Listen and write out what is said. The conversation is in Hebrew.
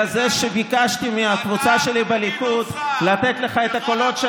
אתה ביקשת, לך לא היה כלום בליכוד.